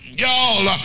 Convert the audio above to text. y'all